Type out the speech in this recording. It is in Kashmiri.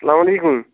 سلامُ علیکُم